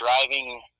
driving